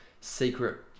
secret